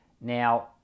Now